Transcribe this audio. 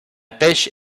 pêche